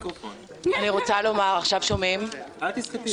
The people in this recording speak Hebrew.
אני רוצה לומר שממעוף הציפור הממשלה הזו